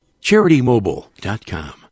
CharityMobile.com